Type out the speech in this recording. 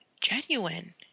genuine